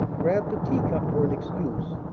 grabbed a teacup for an excuse,